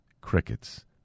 crickets